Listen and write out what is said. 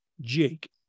Jake